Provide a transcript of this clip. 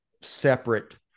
separate